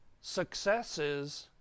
successes